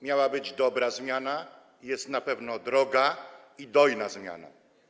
Miała być dobra zmiana, a jest na pewno droga i dojna zmiana.